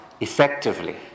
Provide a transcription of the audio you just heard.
effectively